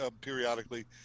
periodically